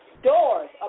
doors